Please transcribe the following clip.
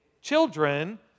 children